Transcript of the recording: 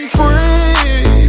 free